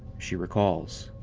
she recalls,